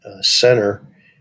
Center